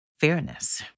Fairness